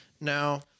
Now